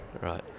right